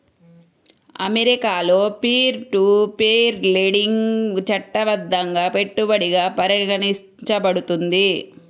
అమెరికాలో peer to peer lending చట్టబద్ధంగా పెట్టుబడిగా పరిగణించబడుతుంది